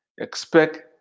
expect